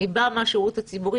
אני באה מהשירות הציבורי,